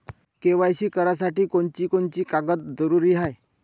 KYC करासाठी कोनची कोनची कागद जरुरी हाय?